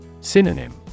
Synonym